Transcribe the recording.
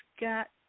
got